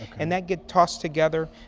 and that gets tossed together.